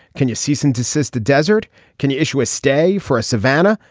can you cease and desist the desert can you issue a stay for a savannah.